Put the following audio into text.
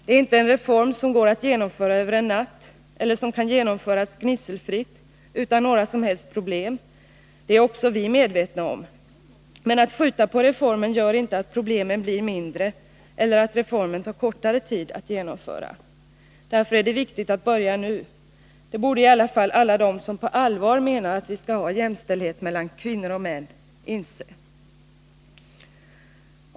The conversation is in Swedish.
Det är inte en reform som går att genomföra över en natt, eller som kan genomföras gnisselfritt utan några som helst problem; det är också vi medvetna om. Men att man skjuter på reformen gör inte problemen mindre eller att reformen tar kortare tid att genomföra. Därför är det viktigt att börja nu — det borde i alla fall alla de inse som på allvar menar att vi skall ha jämställdhet mellan kvinnor och män.